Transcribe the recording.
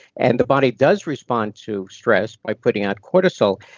and the body does respond to stress by putting out cortisol.